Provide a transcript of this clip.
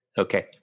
okay